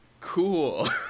cool